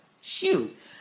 Shoot